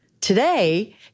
Today